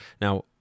Now